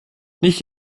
nicht